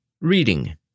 Reading